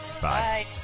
Bye